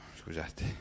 scusate